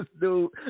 dude